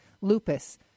lupus